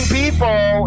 people